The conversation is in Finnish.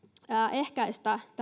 ehkäistä